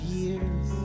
years